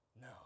No